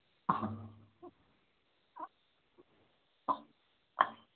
हाँ